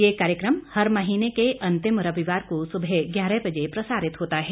यह कार्यक्रम हर महीने के अन्तिम रविवार को सुबह ग्यारह बजे प्रसारित होता है